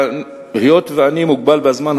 היות שאני מוגבל בזמן,